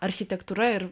architektūra ir